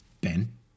ben